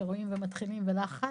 שרואים ומתחילים ולחץ,